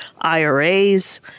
IRAs